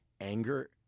anger